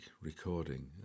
recording